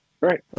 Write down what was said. right